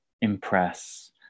impress